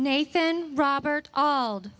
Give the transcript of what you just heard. nathan robert ald